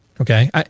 Okay